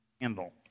handle